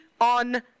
on